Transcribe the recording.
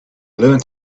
learned